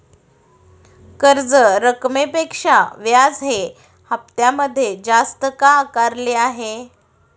कर्ज रकमेपेक्षा व्याज हे हप्त्यामध्ये जास्त का आकारले आहे?